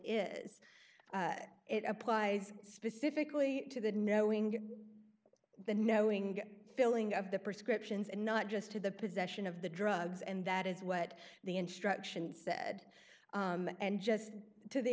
is it applies specifically to the knowing why the knowing filling of the prescriptions and not just to the possession of the drugs and that is what the instructions said and just to the